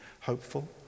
hopeful